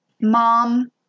Mom